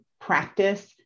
practice